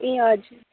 ए हजुर